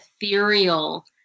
ethereal